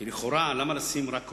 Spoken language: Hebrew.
כי, לכאורה, למה לשים רק רוסי,